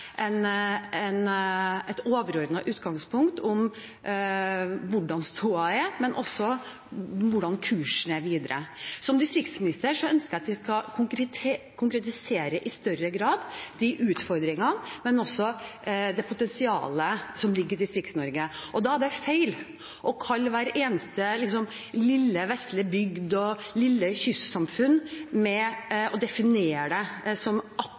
et overordnet utgangspunkt om hvordan stoda er, men også om hvordan kursen er videre. Som distriktsminister ønsker jeg at vi skal konkretisere i større grad de utfordringene, men også det potensialet som ligger i Distrikts-Norge, og da er det feil å definere hver eneste lille vestlige bygd og lille kystsamfunn som om de har akkurat de samme behovene og samme mulighetene, for vi ser at det